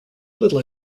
little